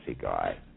guy